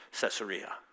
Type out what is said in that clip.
Caesarea